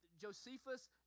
Josephus